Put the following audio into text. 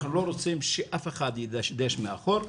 אנחנו לא רוצים שאף אחד ידשדש מאחור.